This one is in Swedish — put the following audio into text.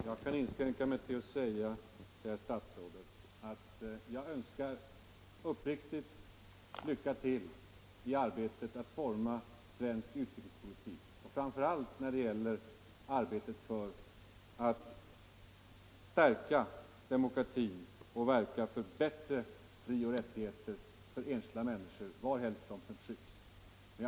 Herr talman! Jag kan inskränka mig till att säga till herr statsrådet att jag uppriktigt önskar lycka till i arbetet att forma svensk utrikespolitik, framför allt när det gäller arbetet för att stärka demokratin och verka för bättre frioch rättigheter för enskilda människor varhelst de förtrycks.